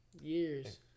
Years